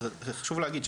חשוב להגיד,